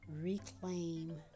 reclaim